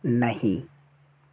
नहीं